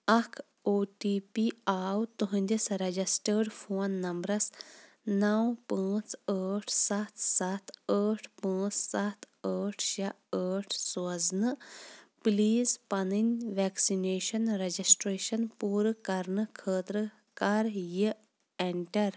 اَکھ O T P آو تُہنٛدِس رَجَسٹٲڈ فون نمبرَس نَو پانٛژھ ٲٹھ سَتھ سَتھ ٲٹھ پانٛژھ سَتھ ٲٹھ شےٚ ٲٹھ سوزنہٕ پٕلیٖز پنٕنۍ وٮ۪کسِنیشَن رَجَسٹرٛیشَن پوٗرٕ کرنہٕ خٲطرٕ کَر یہِ اٮ۪نٛٹر